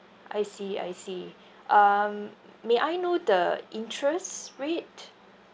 I see I see um may I know the interest rate